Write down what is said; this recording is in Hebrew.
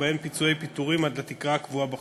ובהם פיצויי פיטורים עד לתקרה הקבועה בחוק.